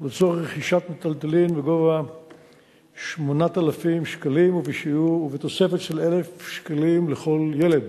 לצורך רכישת מיטלטלין בגובה 8,000 שקלים ובתוספת של 1,000 שקלים לכל ילד